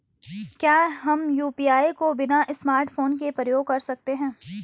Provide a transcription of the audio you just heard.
क्या हम यु.पी.आई को बिना स्मार्टफ़ोन के प्रयोग कर सकते हैं?